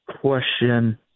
question